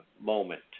moment